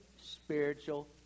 spiritual